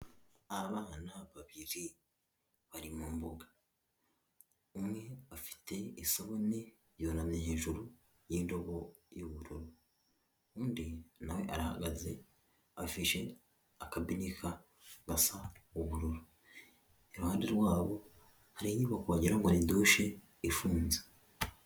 Abana babiri bari mu mbuga, umwe afite isabune yunamye hejuru y'indobo y'ubururu undi nawe arahagaze afashe akabinika gasa ubururu, iruhande rwabo hari inyubako wagira ngo ni dushe ifunze.